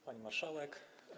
Pani Marszałek!